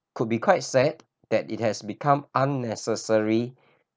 could be quite sad that it has become unnecessary